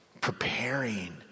Preparing